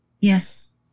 Yes